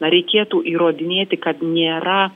na reikėtų įrodinėti kad nėra